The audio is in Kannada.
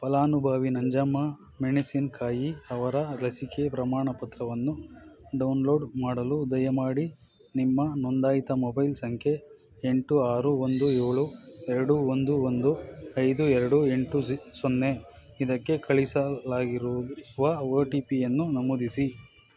ಫಲಾನುಭವಿ ನಂಜಮ್ಮ ಮೆಣಸಿನ್ಕಾಯಿ ಅವರ ಲಸಿಕೆ ಪ್ರಮಾಣಪತ್ರವನ್ನು ಡೌನ್ಲೋಡ್ ಮಾಡಲು ದಯಮಾಡಿ ನಿಮ್ಮ ನೋಂದಾಯಿತ ಮೊಬೈಲ್ ಸಂಖ್ಯೆ ಎಂಟು ಆರು ಒಂದು ಏಳು ಎರಡು ಒಂದು ಒಂದು ಐದು ಎರಡು ಎಂಟು ಝೀ ಸೊನ್ನೆ ಇದಕ್ಕೆ ಕಳಿಸಲಾಗಿರುವ ಒ ಟಿ ಪಿಯನ್ನು ನಮೂದಿಸಿ